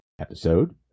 episode